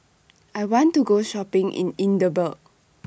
I want to Go Shopping in Edinburgh